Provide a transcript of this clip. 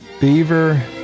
Beaver